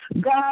God